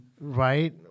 Right